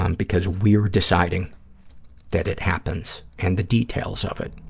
um because we're deciding that it happens and the details of it.